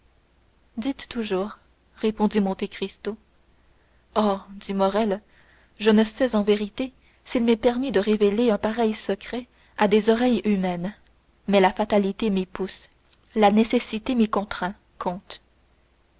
dites toujours répondit monte cristo oh dit morrel je ne sais en vérité s'il m'est permis de révéler un pareil secret à des oreilles humaines mais la fatalité m'y pousse la nécessité m'y contraint comte